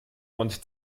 und